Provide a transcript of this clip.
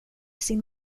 sin